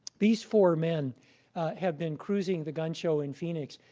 these four men have been cruising the gun show in phoenix,